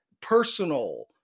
personal